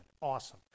Awesome